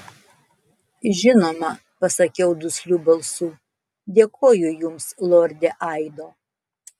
žinoma pasakiau dusliu balsu dėkoju jums lorde aido